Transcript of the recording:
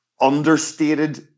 understated